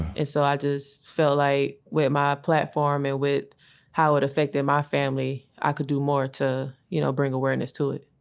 and so i just felt like with my platform and with how it affected my family i could do more to you know bring awareness to it.